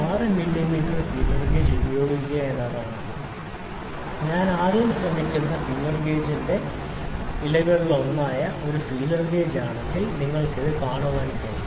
6 millimetre feeler gauge ഉപയോഗിക്കുക എന്നതാണ് ഇത് ഞാൻ ശ്രമിക്കുന്ന ഫീലർ ഗേജിന്റെ ഇലകളിലൊന്നായ ഒരു ഫീലർ ഗേജ് ആണെങ്കിൽ നിങ്ങൾക്ക് ഇത് കാണാൻ കഴിയും